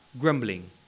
grumbling